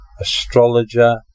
astrologer